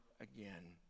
again